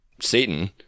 Satan